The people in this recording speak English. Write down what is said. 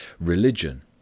religion